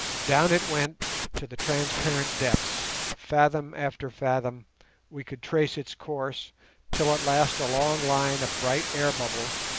down it went to the transparent depths fathom after fathom we could trace its course till at last a long line of bright air-bubbles,